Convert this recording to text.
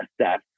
Assess